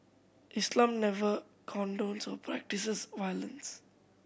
Islam never condones or practises violence